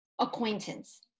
acquaintance